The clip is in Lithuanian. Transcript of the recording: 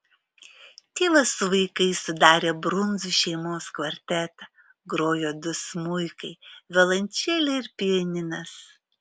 tėvas su vaikais sudarė brundzų šeimos kvartetą grojo du smuikai violončelė ir pianinas